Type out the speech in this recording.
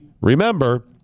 remember